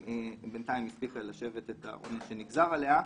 ובינתיים היא הספיקה לשבת את העונש שנגזר עליה.